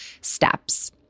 steps